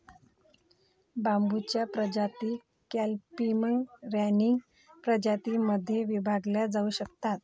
बांबूच्या प्रजाती clumping, running प्रजातीं मध्ये विभागल्या जाऊ शकतात